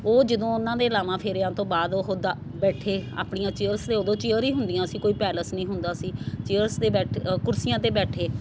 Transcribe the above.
ਉਹ ਜਦੋਂ ਉਹਨਾਂ ਦੇ ਲਾਵਾਂ ਫੇਰਿਆਂ ਤੋਂ ਬਾਅਦ ਉਹ ਦਾ ਬੈਠੇ ਆਪਣੀਆਂ ਚੇਅਰਸ ਉਦੋਂ ਚੇਅਰਸ ਹੀ ਹੁੰਦੀਆਂ ਸੀ ਕੋਈ ਪੈਲਸ ਨਹੀਂ ਹੁੰਦਾ ਸੀ ਚੇਅਰਸ 'ਤੇ ਬੈਠ ਅ ਕੁਰਸੀਆਂ 'ਤੇ ਬੈਠੇ